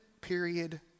period